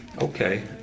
Okay